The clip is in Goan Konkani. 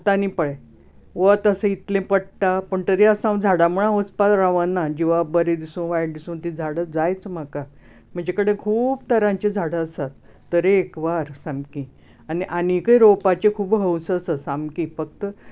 आतां आनी पळय वत आतां इतलें पडटा पूण तरी आसतना हांव झाडां मुळांत वचपाक रावना जिवाक बरें दिसूं वायट दिसूं ती झाडां जायच म्हाका म्हजे कडेन खूब तरांची झाडां आसात तरेकवार सामकीं आनी आनीकय रोंवपाची खूब हौस आसा सामकी फक्त